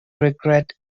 regret